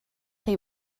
chi